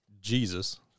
Jesus